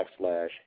backslash